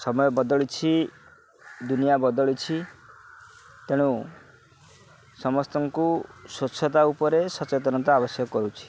ସମୟ ବଦଳିଛି ଦୁନିଆ ବଦଳିଛି ତେଣୁ ସମସ୍ତଙ୍କୁ ସ୍ଵଚ୍ଛତା ଉପରେ ସଚେତନତା ଆବଶ୍ୟକ କରୁଛି